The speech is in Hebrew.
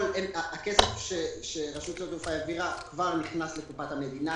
הכסף שרשות שדות התעופה העבירה כבר נכנס לקופת המדינה.